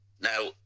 Now